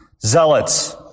zealots